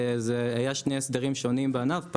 היו שני הסדרים שונים בענף,